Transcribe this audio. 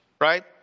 right